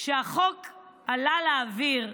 כשהחוק עלה לאוויר,